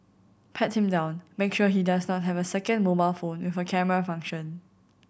pat him down make sure he does not have a second mobile phone with a camera function